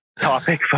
topic